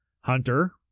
Hunter